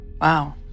Wow